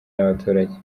n’abaturage